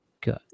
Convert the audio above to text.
Good